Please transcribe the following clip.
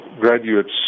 graduates